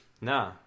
No